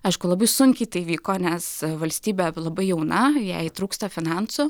aišku labai sunkiai tai įvyko nes valstybė labai jauna jai trūksta finansų